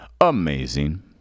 amazing